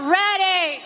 ready